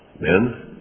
men